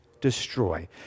Destroy